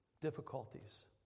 difficulties